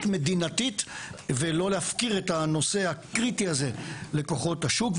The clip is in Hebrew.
מדינתית ולא להפקיר את הנושא הקריטי הזה לכוחות השוק.